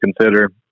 consider